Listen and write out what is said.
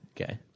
Okay